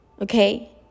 Okay